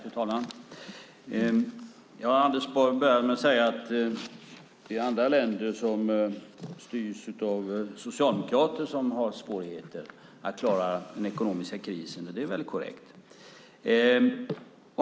Fru talman! Anders Borg började med att säga att det är andra länder som styrs av socialdemokrater som har svårigheter att klara den ekonomiska krisen. Det är väl korrekt.